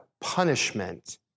punishment